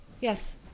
Yes